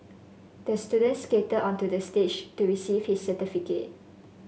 the student skated onto the stage to receive his certificate